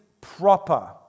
proper